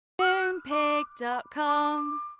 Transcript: MoonPig.com